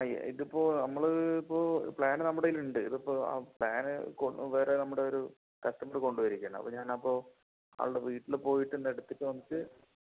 ഇതിപ്പോൾ നമ്മൾ ഇപ്പോൾ പ്ലാൻ നമ്മളുടെ കയ്യിലുണ്ട് ഇതിപ്പോൾ പ്ലാൻ വേറെ നമ്മുടെ ഒരു കസ്റ്റമർ കൊണ്ടുപോയിരിക്കുകയാണ് അപ്പോൾ ഞാനപ്പോൾ ആളുടെ വീട്ടിൽ പോയിട്ട് എടുത്തിട്ട് വന്നിട്ട്